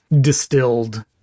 distilled